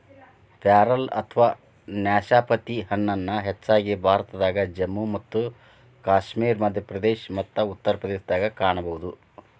ಪ್ಯಾರಲ ಅಥವಾ ನಾಶಪತಿ ಹಣ್ಣನ್ನ ಹೆಚ್ಚಾಗಿ ಭಾರತದಾಗ, ಜಮ್ಮು ಮತ್ತು ಕಾಶ್ಮೇರ, ಮಧ್ಯಪ್ರದೇಶ ಮತ್ತ ಉತ್ತರ ಪ್ರದೇಶದಾಗ ಕಾಣಬಹುದು